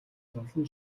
зовлон